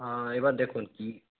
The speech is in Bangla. হাঁ এবার দেখুন কী